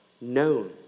known